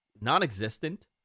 non-existent